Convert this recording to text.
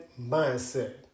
Mindset